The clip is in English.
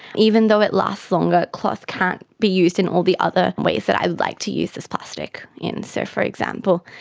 even though it lasts longer, cloth can't be used in all the other ways that i would like to use this plastic in. so, for example,